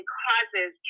causes